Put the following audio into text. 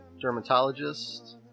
dermatologist